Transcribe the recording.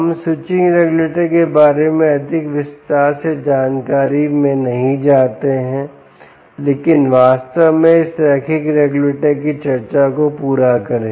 हम switching regulator के बारे में अधिक विस्तार से जानकारी मैं नहीं जाते हैं लेकिन वास्तव में इस रैखिक रेगुलेटर की चर्चा को पूरा करें